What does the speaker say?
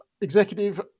Executive